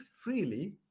freely